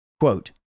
quote